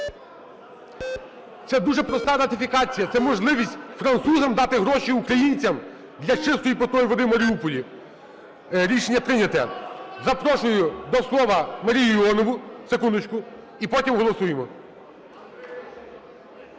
Це дуже проста ратифікація, це можливість французам дати гроші українцям для чистої питної води в Маріуполі. 11:54:45 За-214 Рішення прийнято. Запрошую до слова Марію Іонову. Секундочку. І потім голосуємо.